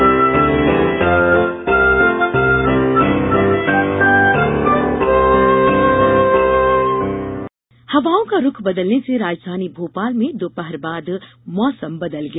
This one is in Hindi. मौसम हवाओं का रूख बदलने से राजधानी भोपाल में दोपहर बाद मौसम बदल गया